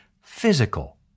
physical